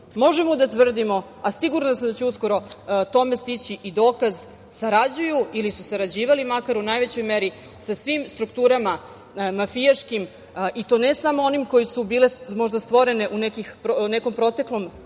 možemo da tvrdimo, a sigurna sam da će uskoro o tome stići i dokaz, sarađuju ili su sarađivali makar u najvećoj meri sa svim strukturama mafijaškim i to ne samo onim koje su bile možda stvorene u nekom proteklom periodu